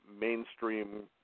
mainstream